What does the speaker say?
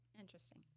Interesting